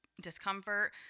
discomfort